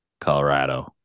Colorado